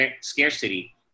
scarcity